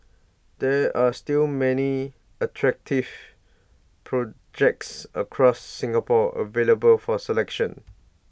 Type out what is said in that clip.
there are still many attractive projects across Singapore available for selection